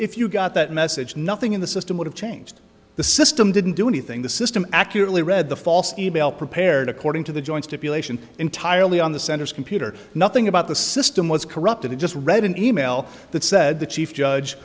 if you got that message nothing in the system would have changed the system didn't do anything the system accurately read the false email prepared according to the joints to peel ation entirely on the center's computer nothing about the system was corrupted it just read an e mail that said the chief judge